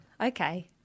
Okay